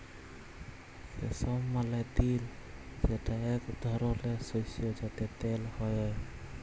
সেসম মালে তিল যেটা এক ধরলের শস্য যাতে তেল হ্যয়ে